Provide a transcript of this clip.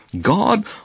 God